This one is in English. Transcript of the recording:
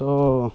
so